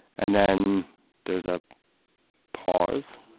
and then there's a pause.